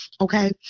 Okay